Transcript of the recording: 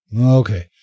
okay